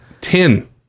ten